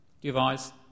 device